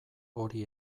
hori